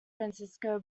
francisco